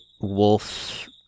wolf